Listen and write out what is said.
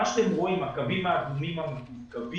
מה שאתם רואים, הקווים האדומים המקווקווים,